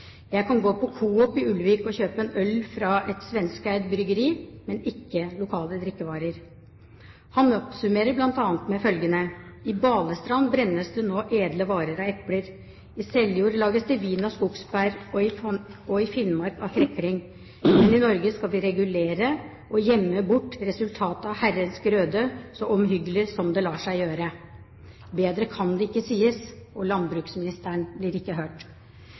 Jeg kan gå på Coop i Ulvik og kjøpe øl fra et svenskeid bryggeri, men ikke lokale drikkevarer.» Og han oppsummerer bl.a. med følgende: i Balestrand brennes det nå edle varer av epler, i Seljord lages det vin av skogsbær og i Finnmark av krekling. Men i Norge skal vi regulere og gjemme bort resultatene av Herrens grøde så omhyggelig det lar seg gjøre.» Bedre kan det ikke sies – og landbruksministeren blir ikke hørt.